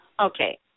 Okay